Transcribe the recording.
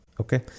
Okay